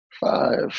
Five